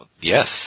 Yes